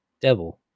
devil